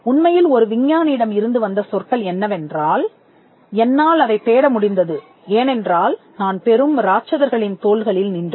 உண்மையில் ஒரு விஞ்ஞானியிடம் இருந்து வந்த சொற்கள் என்னவென்றால் என்னால் அதைத் தேட முடிந்தது ஏனென்றால் நான் பெரும் ராட்சதர்கள் தோள்களில் நின்றேன்